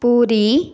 Puri